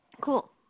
cool